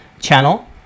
channel